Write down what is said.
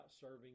serving